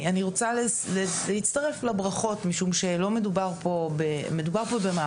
אני רוצה להצטרף לברכות משום מדובר פה במהפך,